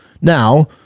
Now